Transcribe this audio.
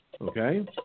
Okay